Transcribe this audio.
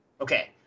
Okay